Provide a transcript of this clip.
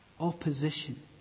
opposition